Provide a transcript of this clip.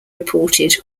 reported